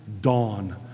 dawn